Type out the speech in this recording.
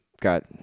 got